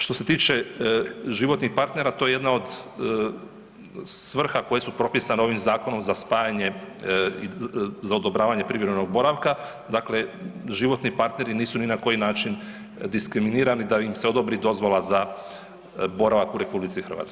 Što se tiče životnih partnera to je jedna od svrha koje su propisane ovim zakonom za spajanje, za odobravanje privremenog boravka, dakle životni partneri nisu ni na koji način diskriminirani da im se odobri dozvola za boravak u RH.